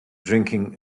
drinking